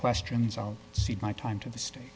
questions i'll cede my time to the state